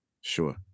Sure